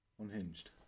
Unhinged